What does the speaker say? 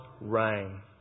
reign